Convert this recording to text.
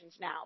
now